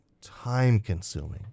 time-consuming